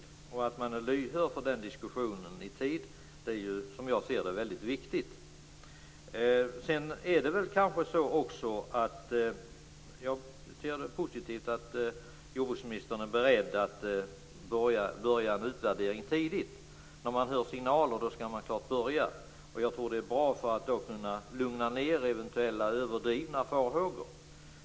Som jag ser det är det viktigt att man i tid är lyhörd för den diskussionen. Det är positivt att jordbruksministern är beredd att börja en utvärdering tidigt. När man hör signaler skall man börja. Det är bra att på så sätt kunna lugna ned eventuellt överdrivna farhågor.